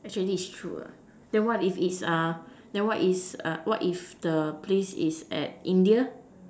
actually is true ah then what if is uh then what is uh what if the place is at India